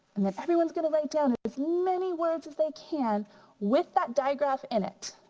and then everyone's gonna write down as many words as they can with that diagraph in it.